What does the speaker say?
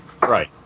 Right